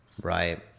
Right